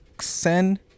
send